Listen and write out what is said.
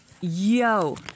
Yo